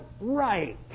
right